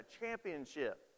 championship